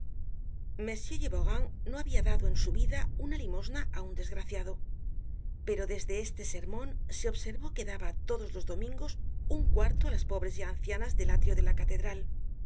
m geborand no habia dado en su vida una limosna á un desgraciado pero desde este sermon se observó que daba todos los domingos un cuarto á las pobres ya ancianas del átrio de la catedral